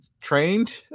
trained